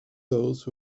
those